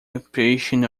occupation